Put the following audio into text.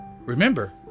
Remember